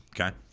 Okay